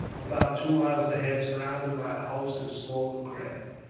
about two miles ahead, surrounded by a host of smaller craft.